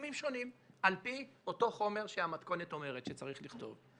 בתחומים שונים על-פי אותו חומר שהמתכונת אומרת שצריך לכתוב.